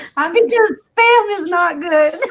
i mean bam is not good